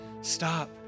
stop